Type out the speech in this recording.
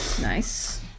Nice